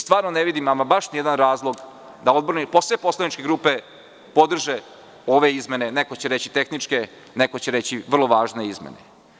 Stvarno ne vidim baš nijedan razlog da sve poslaničke grupe ne podrže ove izmene, neko će reći tehničke, a neko će reći vrlo važne izmene.